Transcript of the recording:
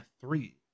three